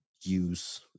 use